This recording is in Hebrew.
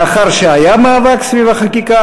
לאחר שהיה מאבק סביב החקיקה,